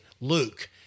Luke